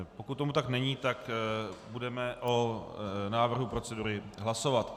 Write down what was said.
Pokud tomu tak není, budeme o návrhu procedury hlasovat.